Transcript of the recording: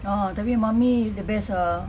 ah that mean mummy the best ah